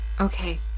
Okay